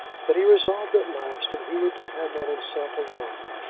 but he resolved at last that he would depend on himself alone.